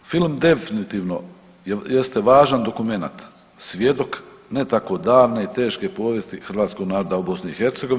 Film definitivno jeste važan dokument, svjedok ne tako davne i teške povijesti hrvatskog naroda u BiH.